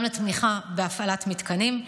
גם לתמיכה בהפעלת מתקנים,